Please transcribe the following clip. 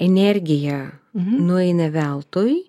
energija nueina veltui